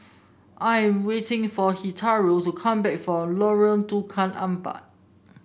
I am waiting for Hilario to come back from Lorong Tukang Empat